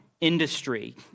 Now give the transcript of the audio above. industry